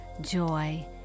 joy